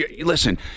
listen